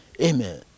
Amen